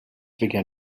began